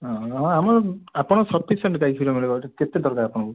ହଁ ହଁ ଆମ ଆପଣ ସଫିସେଣ୍ଟ ଗାଈ କ୍ଷୀର ମିଳିବ କେତେ କ୍ଷୀର ଦରକାର ଆପଣଙ୍କୁ